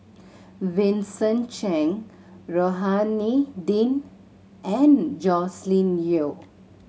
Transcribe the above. Vincent Cheng Rohani Din and Joscelin Yeo